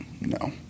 No